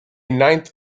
ninth